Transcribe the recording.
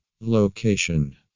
location